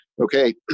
Okay